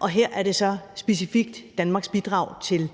og her er det så specifikt Danmarks bidrag til